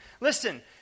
listen